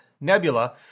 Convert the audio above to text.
Nebula